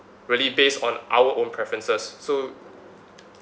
really based on our own preferences so